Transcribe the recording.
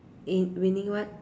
in winning what